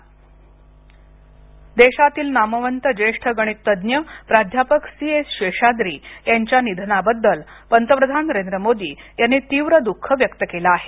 पंतप्रधान देशातील नामवंत ज्येष्ठ गणित तज्ज्ञ प्राध्यापक सी एस शेषाद्री यांच्या निधनाबद्दल पंतप्रधान नरेंद्र मोदी यांनी तीव्र दुःख व्यक्त केल आहे